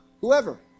whoever